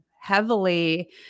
heavily